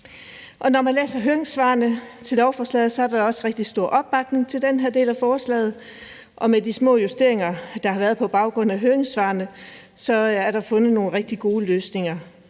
Når man læser høringssvarene til lovforslaget, er der også rigtig stor opbakning til den her del af forslaget, og med de små justeringer, der har været på baggrund af høringssvarene, er der fundet nogle rigtig gode løsninger.